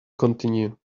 continue